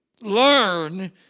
Learn